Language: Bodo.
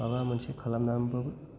माबा मोनसे खालामनानैबाबो